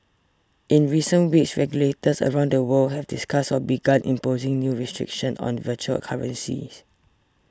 in recent weeks regulators around the world have discussed or begun imposing new restrictions on virtual currencies